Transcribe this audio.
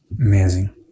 Amazing